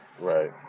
Right